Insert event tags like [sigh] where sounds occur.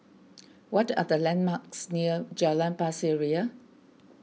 [noise] what are the landmarks near Jalan Pasir Ria